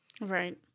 Right